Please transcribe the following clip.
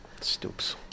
Stoops